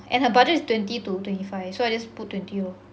and her budget twenty to twenty five so I just put twenty lor